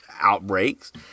outbreaks